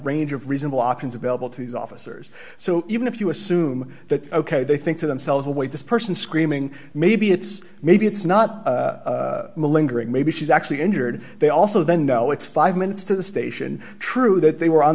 range of reasonable options available to these officers so even if you assume that ok they think to themselves away this person screaming maybe it's maybe it's not a lingering maybe she's actually injured they also then know it's five minutes to the station true that they were on